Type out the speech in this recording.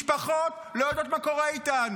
משפחות לא יודעות מה קורה איתן,